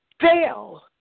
fail